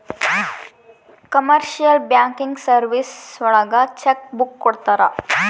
commercial banking services ಒಳಗ cheque book ಕೊಡ್ತಾರ